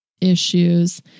issues